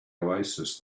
oasis